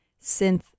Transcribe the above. synth